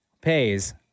Pays